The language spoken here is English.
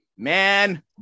Man